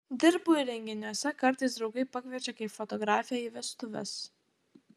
dirbu ir renginiuose kartais draugai pakviečia kaip fotografę į vestuves